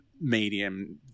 medium